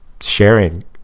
sharing